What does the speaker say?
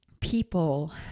people